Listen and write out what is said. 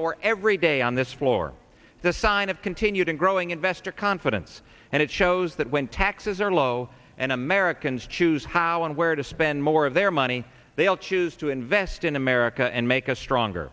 for every day on this floor the sign of continued and growing investor confidence and it shows that when taxes are low and americans choose how and where to spend more of their money they will choose to invest in america and make a stronger